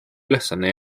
ülesanne